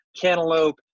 cantaloupe